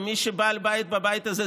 בעל הבית הזה,